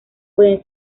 puede